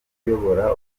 uyobora